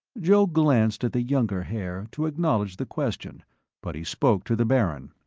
joe glanced at the younger haer to acknowledge the question but he spoke to the baron.